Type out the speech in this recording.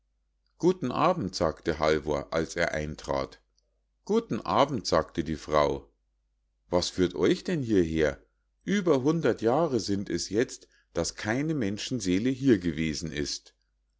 guten abend sagte halvor als er eintrat guten abend sagte die frau was führt euch denn hieher über hundert jahre sind es jetzt daß keine menschenseele hier gewesen ist